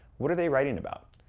what are they writing about,